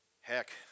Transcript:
Heck